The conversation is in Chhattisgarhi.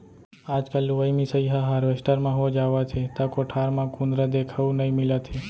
आजकल लुवई मिसाई ह हारवेस्टर म हो जावथे त कोठार म कुंदरा देखउ नइ मिलत हे